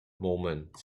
moment